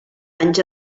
anys